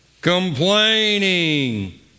Complaining